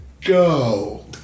go